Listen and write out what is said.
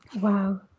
Wow